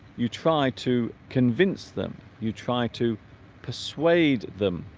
you try to convince them you try to persuade them